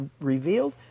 revealed